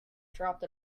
dropped